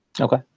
Okay